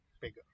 bigger